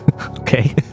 Okay